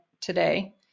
today